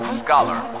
scholar